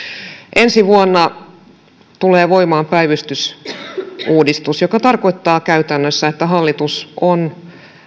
ensi vuonna tulee voimaan päivystysuudistus joka tarkoittaa käytännössä että hallitus on